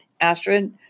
Astrid